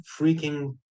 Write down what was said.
freaking